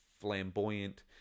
flamboyant